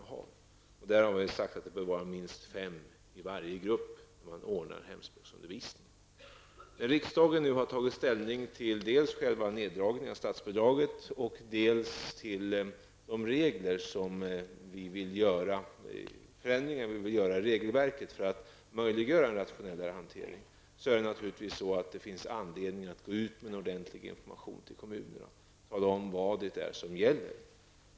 Vi har då sagt att det bör vara minst fem elever i varje hemspråksundervisningsgrupp. När riksdagen nu har tagit ställning dels till en neddragning av statsbidraget, dels till förändringar i regelverket för att möjliggöra en rationellare hantering, finns det naturligtvis anledning att gå ut med en ordentlig information till kommunerna och tala om vad det är som gäller.